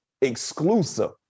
exclusive